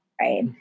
right